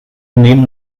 nehmen